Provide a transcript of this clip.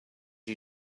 you